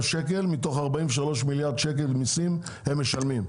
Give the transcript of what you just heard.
שקלים מתוך 43 מיליארד שקל מיסים הם משלמים.